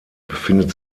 befindet